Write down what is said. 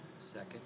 Second